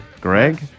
Greg